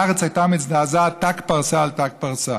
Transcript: הארץ הייתה מזדעזעת ת"ק פרסה על ת"ק פרסה.